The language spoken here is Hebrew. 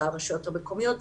זה הרשויות המקומיות,